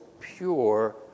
pure